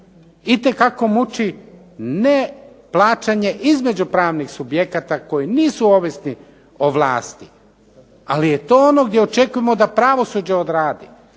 itekako muči ne plaćanje između pravnih subjekata koji nisu ovisni o vlasti. Ali je to ono gdje očekujemo da pravosuđe odradi.